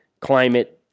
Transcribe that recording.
climate